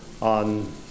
on